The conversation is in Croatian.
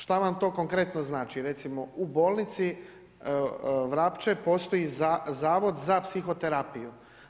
Šta vam to konkretno znači, recimo u bolnici Vrapče postoji Zavod za psihoterapiju.